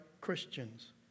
Christians